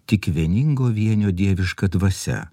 tik vieningo vienio dieviška dvasia